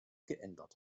geändert